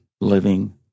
living